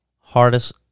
hardest